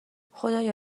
خدایا